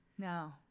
No